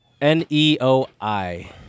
N-E-O-I